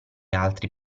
altri